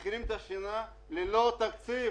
מתחילים את השנה ללא תקציב.